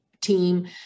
team